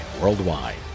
worldwide